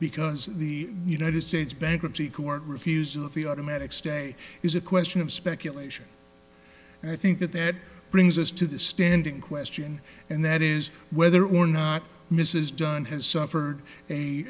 because the united states bankruptcy court refusal of the automatic stay is a question of speculation and i think that that brings us to the standing question and that is whether or not mrs dunn has suffered a